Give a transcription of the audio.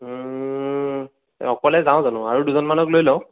অকলে যাওঁ জানো আৰু দুজনমানক লৈ লওঁ